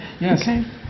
yes